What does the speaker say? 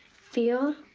feel,